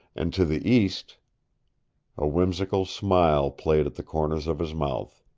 and to the east a whimsical smile played at the corners of his mouth.